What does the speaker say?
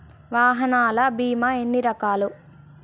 వాహనాల బీమా ఎన్ని రకాలు?